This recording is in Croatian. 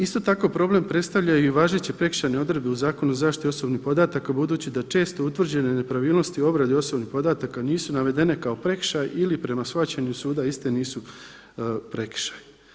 Isto tako problem predstavljaju i važeće prekršajne odredbe u Zakonu o zaštiti osobnih podataka budući da često utvrđene nepravilnosti u obradi osobnih podataka nisu navedene kao prekršaj ili prema shvaćanju suda iste nisu prekršaj.